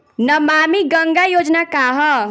नमामि गंगा योजना का ह?